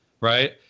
right